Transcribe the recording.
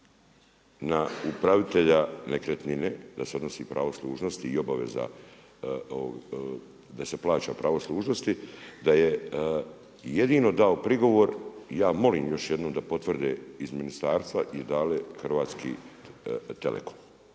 na upravitelja nekretnine, da se odnosi pravo dužnosti i obaveza da se plaća pravo služnosti, da je jedino dao prigovor, ja molim još jednom da potvrde iz ministarstva…/Govornik se